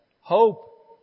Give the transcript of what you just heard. Hope